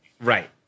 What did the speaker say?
right